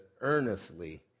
earnestly